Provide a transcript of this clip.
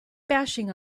bashing